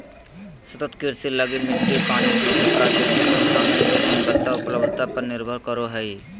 सतत कृषि लगी मिट्टी, पानी जैसे प्राकृतिक संसाधन के गुणवत्ता, उपलब्धता पर निर्भर करो हइ